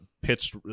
pitched